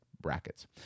brackets